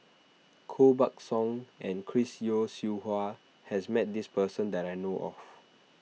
Koh Buck Song and Chris Yeo Siew Hua has met this person that I know of